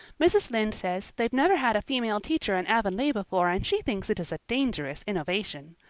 mrs. lynde says they've never had a female teacher in avonlea before and she thinks it is a dangerous innovation.